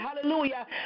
Hallelujah